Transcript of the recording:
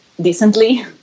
decently